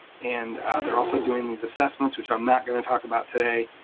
and they're also doing these assessments, which i'm not gonna talk about today,